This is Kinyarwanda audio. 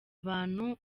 abantu